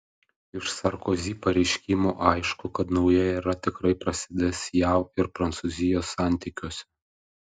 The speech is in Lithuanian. iš sarkozi pareiškimų aišku kad nauja era tikrai prasidės jav ir prancūzijos santykiuose